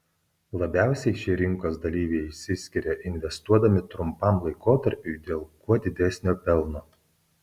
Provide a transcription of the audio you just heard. labiausiai šie rinkos dalyviai išsiskiria investuodami trumpam laikotarpiui dėl kuo didesnio pelno